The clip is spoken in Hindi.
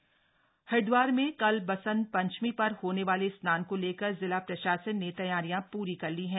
बसंत पंचमी स्नान हरिदवार में कल बसंत पंचमी पर होने वाले स्नान को लेकर जिला प्रशासन ने तैयारियां पूरी कर ली हैं